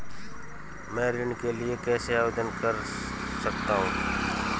मैं ऋण के लिए कैसे आवेदन कर सकता हूं?